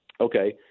okay